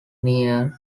near